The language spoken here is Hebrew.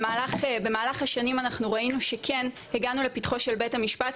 במהלך השנים אנחנו ראינו שכן הגענו לפתחו של בית המשפט,